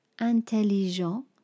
Intelligent